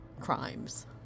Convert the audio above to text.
Crimes